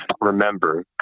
remember